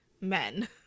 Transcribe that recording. men